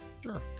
sure